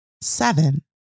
seven